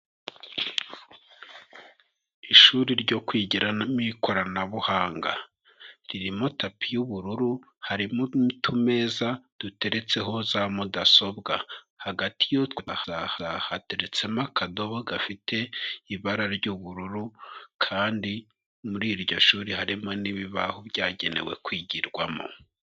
Ishuri ryo kwigiramo ikoranabuhanga, ririmo tapi y'ubururu, harimo n'utumeza duteretseho za mudasobwa, hagati y'utwo hateretsemo akadobo gafite ibara ry'ubururu, kandi muri iryo shuri harimo n'ibibaho byagenewe kwigirwamo.